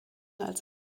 als